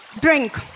drink